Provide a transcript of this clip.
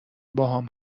باهام